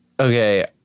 Okay